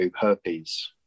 herpes